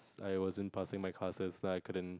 I wasn't passing my classes like I couldn't